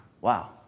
Wow